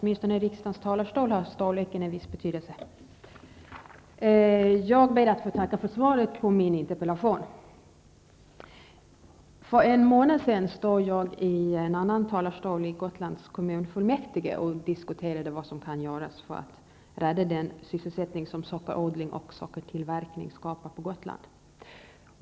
Herr talman! Jag ber att få tacka för svaret på min interpellation. För en månad sedan stod jag i en annan talarstol i Gotlands kommunfullmäktige och diskuterade vad som kan göras för att rädda den sysselsättning som sockerodling och sockertillverkning skapar på Gotland.